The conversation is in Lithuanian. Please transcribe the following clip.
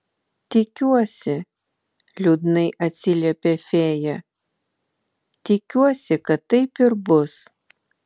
tikiuosi liūdnai atsiliepė fėja tikiuosi kad taip ir bus